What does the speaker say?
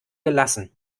gelassen